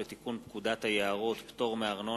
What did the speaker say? הצעת חוק לתיקון פקודת היערות (פטור מארנונה),